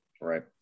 Right